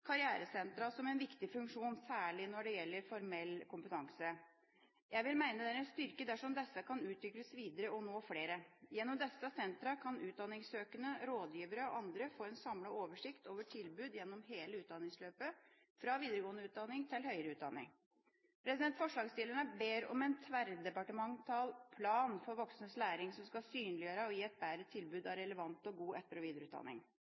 som en viktig funksjon, særlig når det gjelder formell kompetanse. Jeg vil mene det er en styrke dersom disse kan utvikles videre og nå flere. Gjennom disse sentrene kan utdanningssøkende, rådgivere og andre få en samlet oversikt over tilbud gjennom hele utdanningsløpet – fra videregående utdanning til høyere utdanning. Forslagsstillerne ber om en tverrdepartemental plan for voksnes læring som skal synliggjøre og gi et bedre tilbud av relevant og god etter- og videreutdanning.